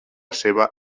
seva